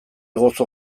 gozo